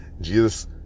jesus